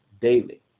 daily